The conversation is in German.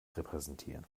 repräsentieren